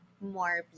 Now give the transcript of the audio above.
more